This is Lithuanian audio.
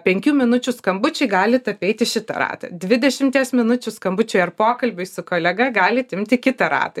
penkių minučių skambučiui galit apeiti šitą ratą dvidešimties minučių skambučiui ar pokalbiui su kolega galit imti kitą ratą